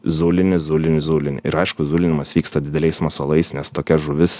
zulini zulini zulini ir aišku zulinimas vyksta dideliais masalais nes tokia žuvis